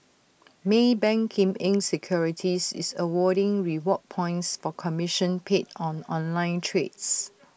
maybank Kim Eng securities is awarding reward points for commission paid on online trades